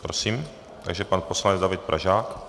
Prosím, takže pan poslanec David Pražák.